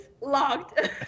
locked